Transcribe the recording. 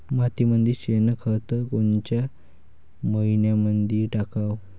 मातीमंदी शेणखत कोनच्या मइन्यामंधी टाकाव?